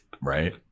Right